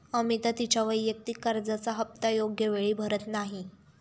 अमिता तिच्या वैयक्तिक कर्जाचा हप्ता योग्य वेळी भरत नाही